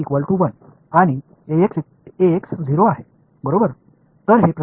எனவே dAy dx 1 மற்றும் Ax என்பது 0 ஆகும்